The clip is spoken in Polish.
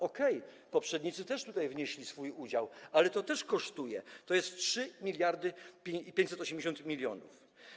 Okej, poprzednicy też tutaj wnieśli swój udział, ale to też kosztuje, to jest 3580 mln.